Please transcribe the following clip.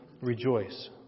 Rejoice